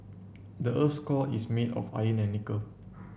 the earth's core is made of iron and nickel